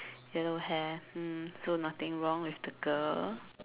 yellow hair mm so nothing wrong with the girl